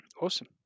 Awesome